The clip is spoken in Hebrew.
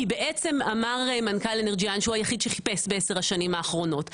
כי בעצם אמר מנכ"ל אנרג'יאן שהוא היחיד שחיפש בעשר השנים האחרונות,